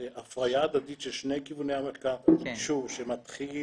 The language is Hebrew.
הפריה הדדית של שני כיווני המחקר, שוב, שמתחיל